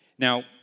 Now